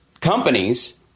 companies